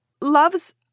loves